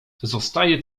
zostaje